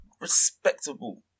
respectable